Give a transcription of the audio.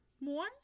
more